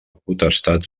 potestat